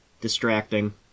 distracting